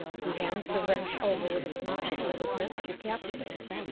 he hands the wrench over with a smile that is meant to be captivating,